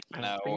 No